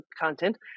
content